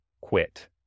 quit